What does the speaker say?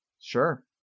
Sure